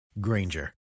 Granger